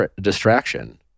distraction